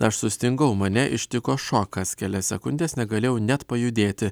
aš sustingau mane ištiko šokas kelias sekundes negalėjau net pajudėti